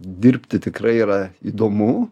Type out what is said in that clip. dirbti tikrai yra įdomu